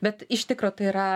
bet iš tikro tai yra